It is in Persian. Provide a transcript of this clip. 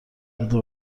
بده